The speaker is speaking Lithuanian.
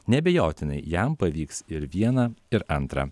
neabejotinai jam pavyks ir viena ir antra